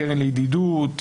הקרן לידידות,